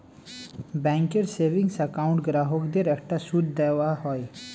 ব্যাঙ্কের savings account গ্রাহকদের একটা সুদ দেওয়া হয়